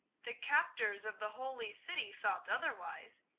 the captors of the holy city thought otherwise,